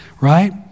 right